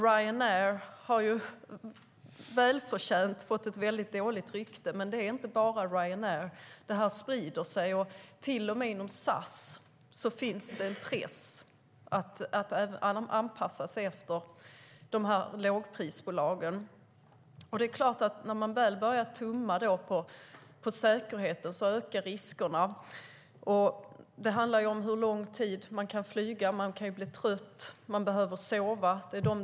Ryanair har välförtjänt fått ett väldigt dåligt rykte, men detta gäller inte bara Ryanair. Det här sprider sig, och till och med inom SAS finns det en press att anpassa sig efter lågprisbolagen. När man väl börjar tumma på säkerheten är det klart att riskerna ökar. Det handlar om hur lång tid man kan flyga. Man kan bli trött. Man behöver sova.